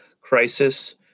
crisis